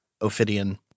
Ophidian